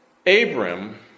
Abram